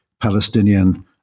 Palestinian